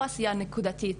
ולא עשייה נקודתית.